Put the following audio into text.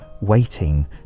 waiting